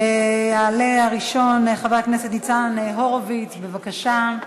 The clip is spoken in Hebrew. יעלה הראשון, חבר הכנסת ניצן הורוביץ, בבקשה.